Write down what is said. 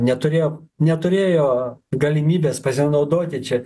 neturėjo neturėjo galimybės pasinaudoti čia